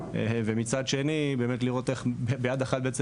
ומצד שני באמת לראות איך ביד אחת בעצם